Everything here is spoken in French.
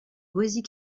rosie